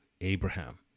Abraham